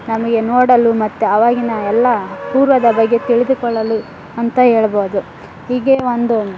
ನಮಗೆ ನೋಡಲು ಮತ್ತು ಅವಾಗಿನ ಎಲ್ಲ ಪೂರ್ವದ ಬಗ್ಗೆ ತಿಳಿದುಕೊಳ್ಳಲು ಅಂತ ಹೇಳ್ಬೋದು ಹೀಗೆ ಒಂದು